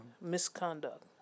Misconduct